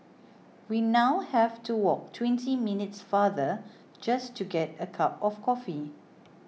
we now have to walk twenty minutes farther just to get a cup of coffee